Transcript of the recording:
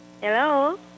Hello